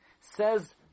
Says